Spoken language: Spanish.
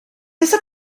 esa